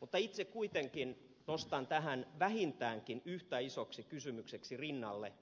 mutta itse kuitenkin nostan tähän vähintäänkin yhtä isoksi kysymykseksi rinnalle